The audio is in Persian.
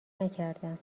نکردم